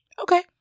okay